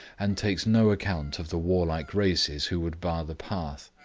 and takes no account of the warlike races who would bar the path.